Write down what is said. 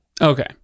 Okay